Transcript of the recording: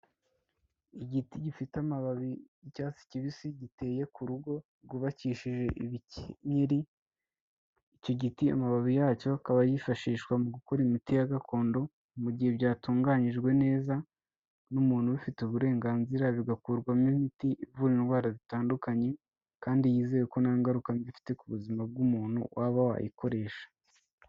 Igiti gifite amababi icyatsi kibisi giteye ku rugo rwubakishije ibikenyeri, icyo giti amababi yacyo akaba yifashishwa mu gukora imiti ya gakondo, mu gihe byatunganiyijwe neza n'umuntu ubifitiye uburenganzira bigakurwamo imiti ivura indwara zitandukanye, kandi yizeye ko nta ngaruka mbi ifite ku buzima bw'umuntu waba wayikoresha.